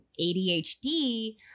ADHD